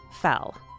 fell